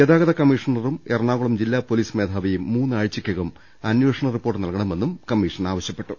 ഗതാഗത കമ്മിഷണറും എറണാകുളം ജില്ലാ പോലീസ് മേധാവിയും മൂന്നാഴ്ചയ്ക്കകം അന്വേഷണ റിപ്പോർട്ട് നൽകണമെന്നും കമ്മിഷൻ ആവശ്യപ്പെട്ടു